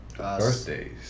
Birthdays